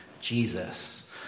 Jesus